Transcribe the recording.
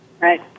Right